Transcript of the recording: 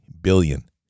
billion